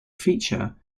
feature